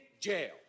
jail